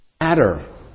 matter